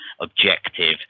objective